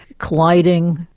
colliding,